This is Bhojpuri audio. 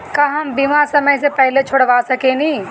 का हम बीमा समय से पहले छोड़वा सकेनी?